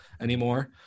anymore